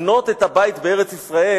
לבנות את הבית בארץ-ישראל,